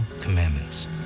commandments